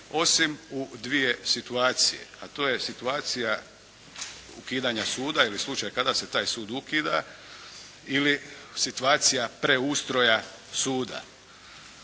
osim u dvije situacije, a to je situacija ukidanja suda ili slučaj kada se taj sud ukida ili situacija preustroja suda.